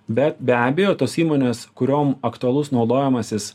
bet be abejo tos įmonės kuriom aktualus naudojimasis